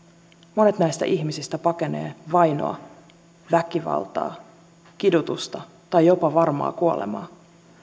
monet näistä ihmisistä pakenevat vainoa väkivaltaa kidutusta tai jopa varmaa kuolemaa